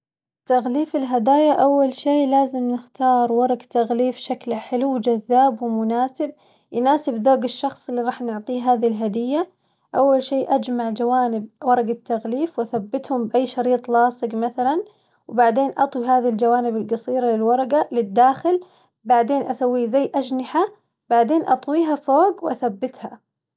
تغليف الهدايا أول شي لازم نختار ورق تغليف شكله حلو وجذاب ومناسب يناسب ذوق الشخص اللي راح نعطيه هذي الهدية، أول شي أجمع جوانب ورق التغليف وأثبتهم بأي شريط لاصق مثلاً، وبعدين أطوي هذي الجوانب القصيرة للورقة للداخل، بعدين أسوي زي أجنحة بعدين أطويها فوق وأثبتها.